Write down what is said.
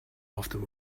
after